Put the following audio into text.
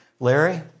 Larry